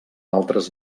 altres